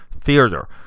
theater